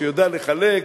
שיודע לחלק,